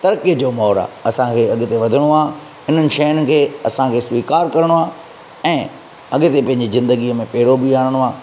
तरकीअ जो दौरु आहे असांखे अॻिते वधणो आहे इन्हनि शयूंनि खे असांखे स्वीकार करणो आहे ऐं अॻिते पंहिंजी ज़िदगीअ में फेरो बि आणणो आहे